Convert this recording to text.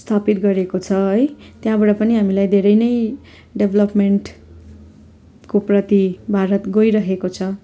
स्थापित गरेको छ है त्यहाँबाट पनि हामीलाई धेरै नै डेभलपमेन्टको प्रति भारत गइरहेको छ